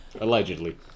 Allegedly